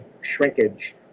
shrinkage